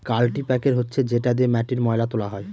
কাল্টিপ্যাকের হচ্ছে যেটা দিয়ে মাটির ময়লা তোলা হয়